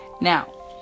Now